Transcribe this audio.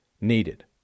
needed